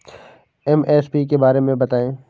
MSP के बारे में बतायें?